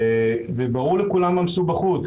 וברורה לכולם המסובכוּת,